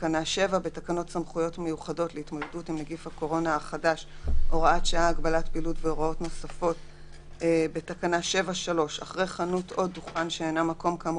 זה העניין של התשאול ומדידת החום שאין צורך לעשות את זה בחנות עצמה.